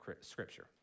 Scripture